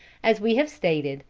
as we have stated,